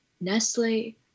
Nestle